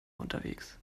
unterwegs